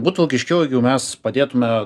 būtų logiškiau jei mes padėtume